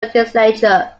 legislature